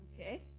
okay